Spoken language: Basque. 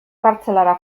kartzelara